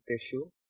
tissue